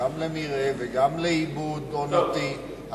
גם למרעה וגם לעיבוד עונתי.